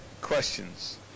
questions